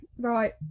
right